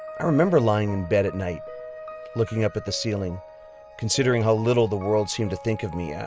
i remember lying in bed at night looking up at the ceiling considering how little the world seemed to think of me, yeah